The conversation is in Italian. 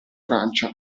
francia